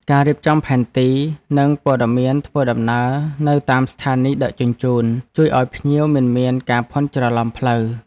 ការរៀបចំផែនទី និងព័ត៌មានធ្វើដំណើរនៅតាមស្ថានីយដឹកជញ្ជូន ជួយឱ្យភ្ញៀវមិនមានការភ័ន្តច្រឡំផ្លូវ។